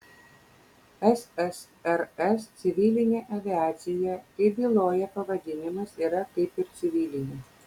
ssrs civilinė aviacija kaip byloja pavadinimas yra kaip ir civilinė